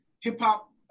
hip-hop